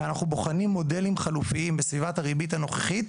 ואנחנו בוחנים מודלים חלופיים בסביבת הריבית הנוכחית,